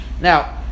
now